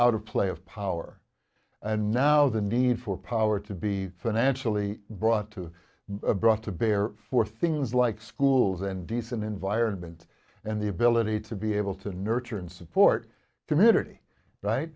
out of play of power and now the need for power to be financially brought to brought to bear for things like schools and decent environment and the ability to be able to nurture and support community right